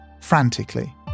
frantically